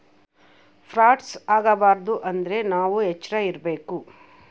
frauds ಆಗಬಾರದು ಅಂದ್ರೆ ನಾವ್ ಎಚ್ರ ಇರ್ಬೇಕು